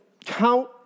count